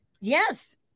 Yes